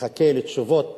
מחכה לתשובות